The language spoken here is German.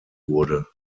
wurde